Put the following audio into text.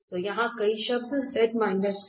तो यहाँ कोई शब्द नहीं है